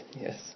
yes